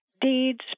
deeds